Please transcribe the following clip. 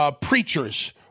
preachers